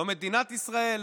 לא מדינת ישראל,